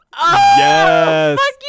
Yes